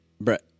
Brett